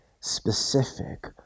specific